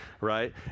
right